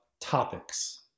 topics